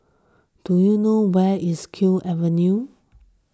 do you know where is Kew Avenue